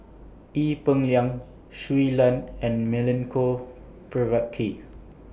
Ee Peng Liang Shui Lan and Milenko Prvacki